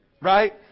Right